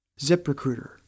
ZipRecruiter